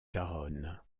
garonne